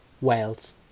Wales